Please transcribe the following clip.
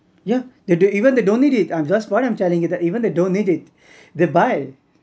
yeah even they don't need it um just what I'm telling you that even they don't need it they buy